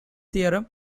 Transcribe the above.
theorem